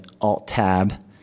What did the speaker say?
alt-tab